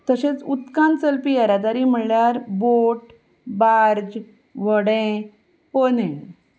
तशेंच उदकांत चलपी येरादारी म्हणल्यार बोट बार्ज व्हडें पोने